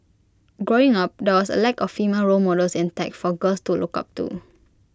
growing up there was A lack of female role models in tech for girls to look up to